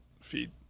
feed